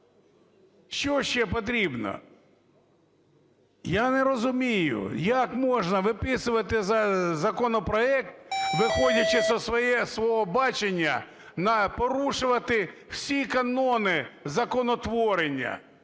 Що ще потрібно? Я не розумію, як можна виписувати законопроект, виходячи зі свого бачення, порушувати всі канони законотворення!